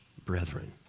brethren